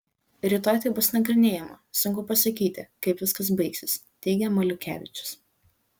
rytoj tai bus nagrinėjama sunku pasakyti kaip viskas baigsis teigia maliukevičius